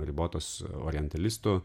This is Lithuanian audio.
ribotos orientalistų